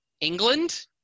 England